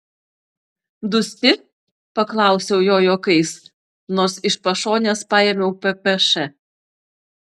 dusti paklausiau jo juokais nors iš pašonės paėmiau ppš